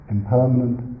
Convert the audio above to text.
Impermanent